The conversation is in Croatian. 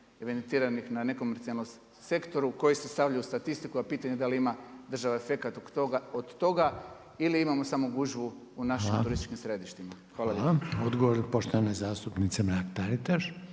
evidentiranih na nekomercijalnom sektoru koji se stavlja u statistiku, a pitanje da li ima država efekat od toga ili imamo samo gužvu u našim turističkim središtima. Hvala lijepo. **Reiner, Željko